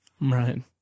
Right